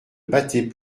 battait